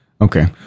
Okay